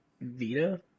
Vita